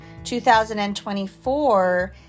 2024